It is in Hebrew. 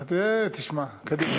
תשמע.